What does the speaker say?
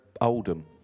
Oldham